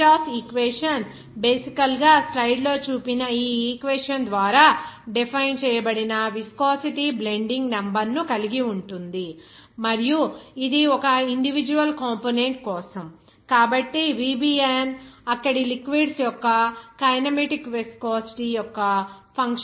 8 ఈ Refutas equation basically స్లైడ్స్లో చూపిన ఈ ఈక్వేషన్ ద్వారా డిఫైన్ చేయబడిన విస్కోసిటీ బ్లెండింగ్ నెంబర్ ను కలిగి ఉంటుంది మరియు ఇది ఒక ఇండివిడ్యువల్ కంపోనెంట్ కోసం ఈ VBN అక్కడి లిక్విడ్స్ యొక్క కైనమాటిక్ విస్కోసిటీ యొక్క ఫంక్షన్ గా ఉంటుంది